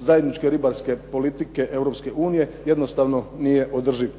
zajedničke ribarske politike Europske unije, jednostavno nije održiv.